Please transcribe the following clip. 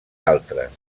altres